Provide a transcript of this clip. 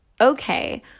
okay